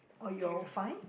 or you're fine